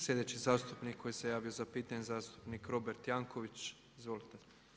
Sljedeći zastupnik koji se javio za pitanje, zastupnik Robert Janković, izvolite.